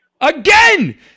Again